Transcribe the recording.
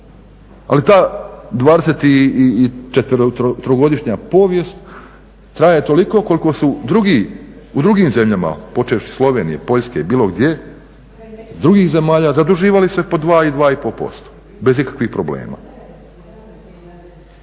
i četverogodišnja povijest traje toliko koliko su drugi u drugim zemljama, počevši Slovenije, Poljske, bilo gdje, drugih zemalja zaduživali su se po 2 - 2,5% bez ikakvih problema.